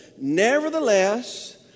Nevertheless